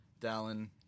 Dallin